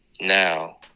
now